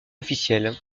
officielle